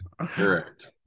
Correct